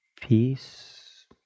peace